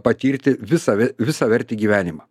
patirti visą visavertį gyvenimą